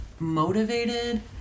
Motivated